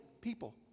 people